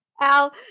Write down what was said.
Al